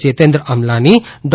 Jitendra Amlani Dr